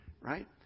Right